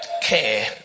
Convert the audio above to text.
care